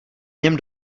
něm